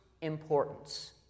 importance